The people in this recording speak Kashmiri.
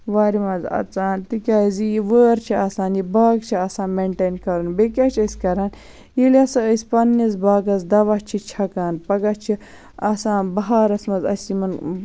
وارِ مَنٛز اَژان تکیازِ یہِ وٲر چھِ آسان یہِ باغ چھ آسان مینٹین کَرُن بیٚیہِ کیاہ چھِ أسۍ کَران ییٚلہِ ہَسا أسۍ پَننِس باغَس دَوہ چھِ چھَکان پَگاہ چھِ آسان بَہارَس مَنٛز أسہِ یِمَن